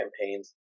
campaigns